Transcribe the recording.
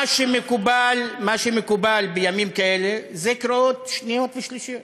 מה שמקובל בימים כאלה זה קריאה שנייה וקריאה שלישית.